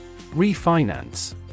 Refinance